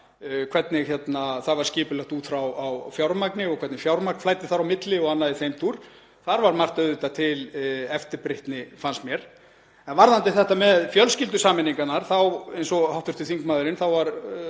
hvernig það var skipulagt út frá fjármagni og hvernig fjármagn flæddi þar á milli og annað í þeim dúr. Þar var margt auðvitað til eftirbreytni, fannst mér. Varðandi þetta með fjölskyldusameiningarnar þá var, eins og hv. þingmaðurinn